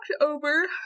over